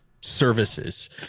services